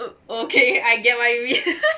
okay I get what you mean